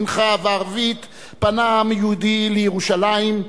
מנחה וערבית פנה העם היהודי לירושלים,